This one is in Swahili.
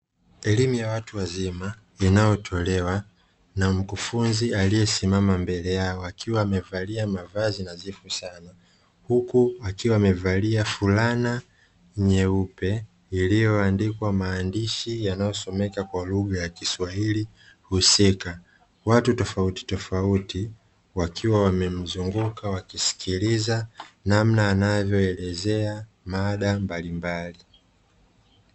Elimu ya watu wazima inayotolewa na Mkufunzi aliyesimama mbele yao akiwa amevalia mavazu nadhifu sana fulana nyeupe iliyoandikwa maandishi yanayosomeka kwa lugha ya kiswahili husika. Watu tofauti tofauti wakiwa wamemzunguka na kusikiliza namna anavyoelezea mada mbalimbali.